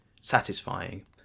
satisfying